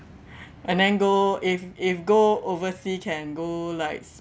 and then go if if go oversea can go like